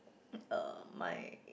uh my